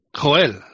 Joel